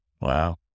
wow